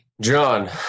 John